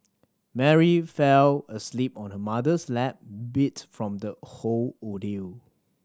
Mary fell asleep on her mother's lap beat from the whole ordeal